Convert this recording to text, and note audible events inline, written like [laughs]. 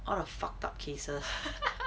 all the fucked up cases [laughs]